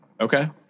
Okay